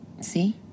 See